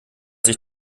sich